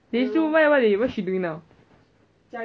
!wah! siao eh